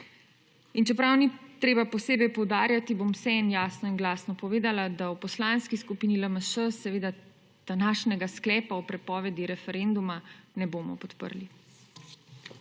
Čeprav ni treba posebej poudarjati, bom vseeno jasno in glasno povedla, da v Poslanski skupini LMŠ današnjega sklepa o prepovedi referenduma ne bomo podprli.